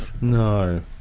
No